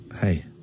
Hey